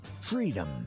Freedom